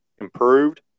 improved